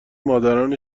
مادران